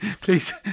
please